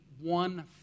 one